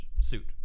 suit